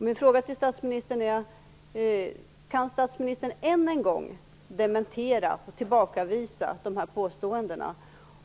Min fråga till statsministern är: Kan statsministern än en gång dementera och tillbakavisa de här påståendena